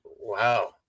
wow